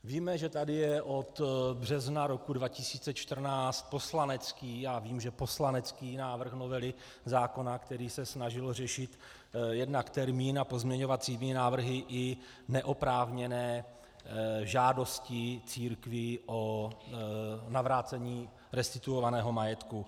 Víme, že tady je od března roku 2014 poslanecký já vím, že poslanecký návrh novely zákona, který se snažil řešit jednak termín a pozměňovacími návrhy i neoprávněné žádosti církví o navrácení restituovaného majetku.